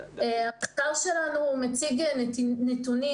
שם, אגב, כן עובדים על מתווה סוף